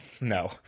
no